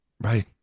right